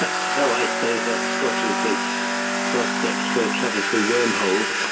so i suppose that scotches the prospect for travel through wormholes.